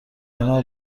کنار